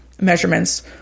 measurements